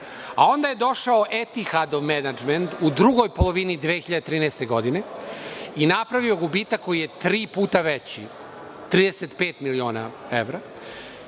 a onda je došao Etihadov menadžment u drugoj polovini 2013. godine i napravio gubitak koji je tri puta veći, 35 miliona evra